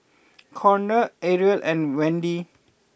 Konner Ariel and Wende